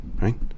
right